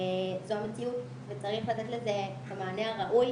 זו המציאות וצריך לתת לזה את המענה הראוי.